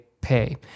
pay